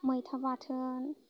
मैथा बाथोन